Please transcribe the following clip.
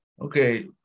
okay